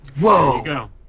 whoa